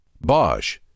Bosch